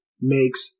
makes